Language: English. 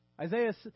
Isaiah